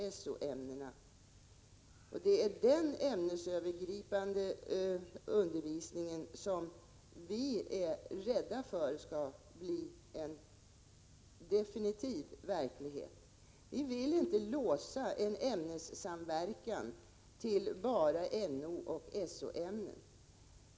Vi är rädda för att en sådan ämnesövergripande undervisning definitivt slår igenom. Vi vill inte låsa en ämnessamverkan till enbart Nooch So-ämnen.